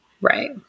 Right